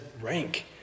rank